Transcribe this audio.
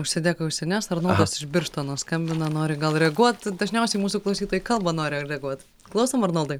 užsidėk ausines arnoldas iš birštono skambina nori gal reaguot dažniausiai mūsų klausytojai į kalbą nori reaguot klausom arnoldai